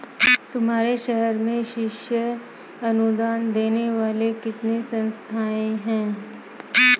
तुम्हारे शहर में शीर्ष अनुदान देने वाली कितनी संस्थाएं हैं?